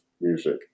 music